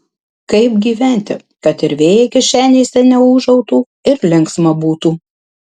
kaip gyventi kad ir vėjai kišenėse neūžautų ir linksma būtų